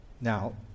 now